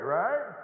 right